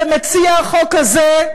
ומציע החוק הזה,